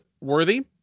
Worthy